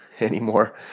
anymore